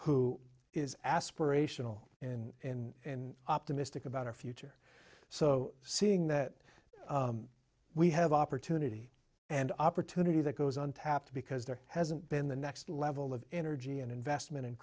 who is aspirational in optimistic about our future so seeing that we have opportunity and opportunity that goes on tap because there hasn't been the next level of energy and investment and